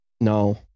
No